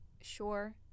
sure